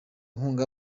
inkunga